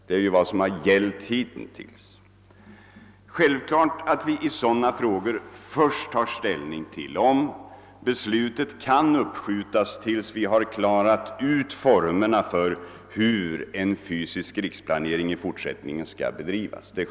Det är självklart att vi i sådana frågor först tar ställning till om beslutet kan uppskjutas till dess vi har klarat ut hur en fysisk riksplanering i fortsättningen skall bedrivas.